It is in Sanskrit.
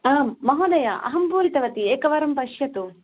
आं महोदय अहं पूरितवती एकवारं पश्यतु